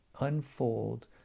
unfold